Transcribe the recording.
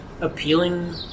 appealing